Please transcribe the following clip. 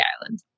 island